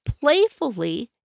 playfully